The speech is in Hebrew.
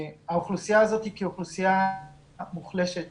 האוכלוסייה הזאת כאוכלוסייה מוחלשת